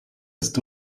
ist